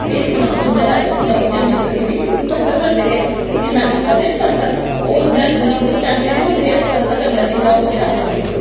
स्हेई सनांऽ ते इ'यां लगदे जि'यां आक्खो जियां मिस्त्री निं प्लसतर करदे हे सीमैंट करदे हे निं प्लसतर ओह् इ'यां जि'यां उं'दे कोल तैंत्थे नेईं होंदे हे प्लसतर करने आह्ले जि'यां ओह् केह् आखदे उ'नें गी